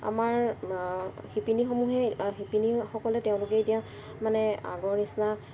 আমাৰ শিপিনীসমূহে শিপিনীসকলে তেওঁলোকে এতিয়া মানে আগৰ নিচিনা